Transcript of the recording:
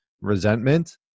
resentment